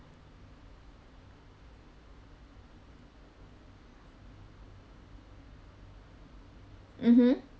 mmhmm